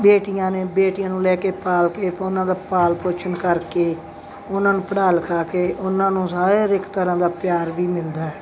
ਬੇਟੀਆਂ ਨੇ ਬੇਟੀਆਂ ਨੂੰ ਲੈ ਕੇ ਪਾਲ ਕੇ ਉਹਨਾਂ ਦਾ ਪਾਲਣ ਪੋਸ਼ਣ ਕਰਕੇ ਉਹਨਾਂ ਨੂੰ ਪੜ੍ਹਾ ਲਿਖਾ ਕੇ ਉਹਨਾਂ ਨੂੰ ਸਾਰੇ ਇੱਕ ਤਰ੍ਹਾਂ ਦਾ ਪਿਆਰ ਵੀ ਮਿਲਦਾ